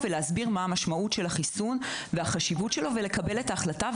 להסביר מה המשמעות של החיסון ולקבל את ההחלטה.